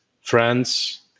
France